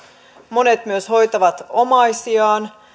monet myös hoitavat omaisiaan